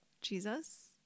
Jesus